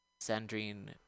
Sandrine